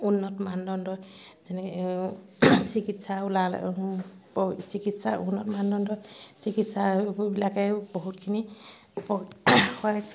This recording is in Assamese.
উন্নত মানদণ্ডৰ যেনে চিকিৎসা ওলাল চিকিৎসা উন্নত মানদণ্ডৰ চিকিৎসাবিলাকে বহুতখিনি উপ হয়